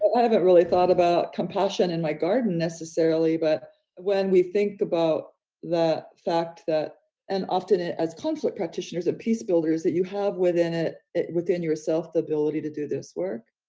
i haven't really thought about compassion in my garden, necessarily. but when we think about the fact that and often it as conflict practitioners of peace builders, that you have within it it within yourself the ability to do this work.